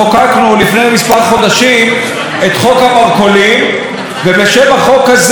ובשם החוק הזה שר הפנים כבר פסל לעיריות ברחבי הארץ,